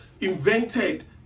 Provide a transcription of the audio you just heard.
invented